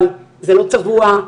אבל זה לא צבוע,